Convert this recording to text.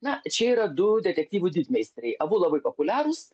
na čia yra du detektyvų didmeistriai abu labai populiarūs